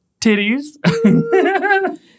titties